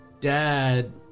dad